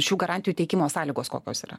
šių garantijų teikimo sąlygos kokios yra